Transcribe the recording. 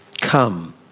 come